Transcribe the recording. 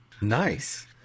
Nice